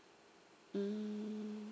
mm